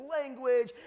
language